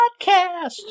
Podcast